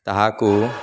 ତାହାକୁ